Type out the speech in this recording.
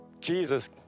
Jesus